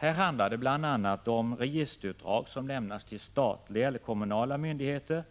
Här handlar det bl.a. om registerutdrag som lämnas till statliga eller kommunala myndigheter